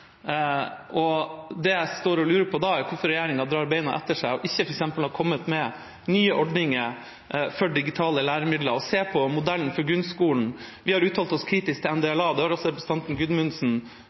Det jeg da står og lurer på, er hvorfor regjeringa drar beina etter seg og ikke har kommet med f.eks. nye ordninger for digitale læremidler og ser på modellen for grunnskolen. Vi har uttalt oss kritisk til